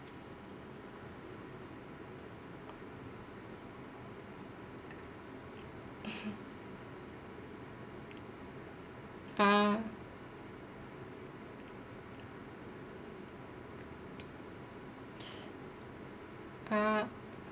ah ah